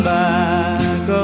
back